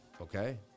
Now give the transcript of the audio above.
Okay